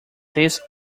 this